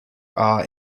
are